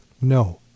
no